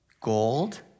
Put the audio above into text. gold